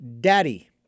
daddy